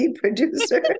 producer